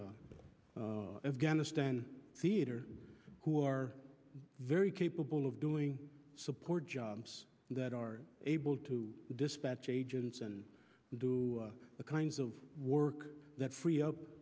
afghanistan theater who are very capable of doing support jobs that are able to dispatch agents and do the kinds of work that free up